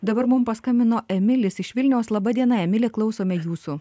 dabar mus paskambino emilis iš vilniaus laba diena emili klausome jūsų